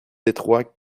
étroit